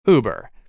Uber